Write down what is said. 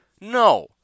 No